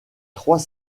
trois